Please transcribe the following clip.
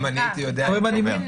אם הייתי יודע הייתי אומר.